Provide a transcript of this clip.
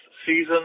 Season